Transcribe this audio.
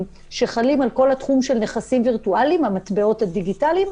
שחלים על כל התחום של נכסים וירטואליים המטבעות הדיגיטליים,